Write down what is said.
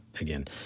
again